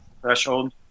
threshold